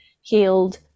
healed